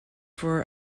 for